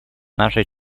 нашей